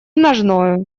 ножною